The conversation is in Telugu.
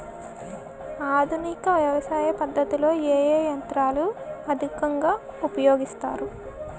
ఆధునిక వ్యవసయ పద్ధతిలో ఏ ఏ యంత్రాలు అధికంగా ఉపయోగిస్తారు?